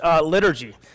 liturgy